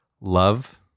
Love